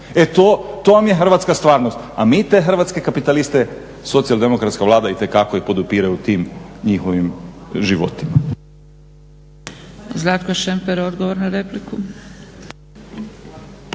to vam je hrvatska stvarnost, a mi te hrvatske kapitaliste socijaldemokratska Vlada itekako podupire u tim njihovim životima.